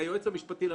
שהיועץ המשפטי לממשלה,